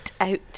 out